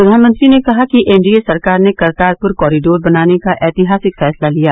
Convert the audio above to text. प्रधानमंत्री ने कहा कि एन डी ए सरकार ने करतारपुर कोरिडोर बनाने का ऐतिहासिक फैसला लिया